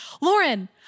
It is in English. Lauren